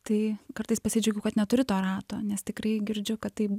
tai kartais pasidžiaugiu kad neturi to rato nes tikrai girdžiu kad tai